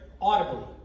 audibly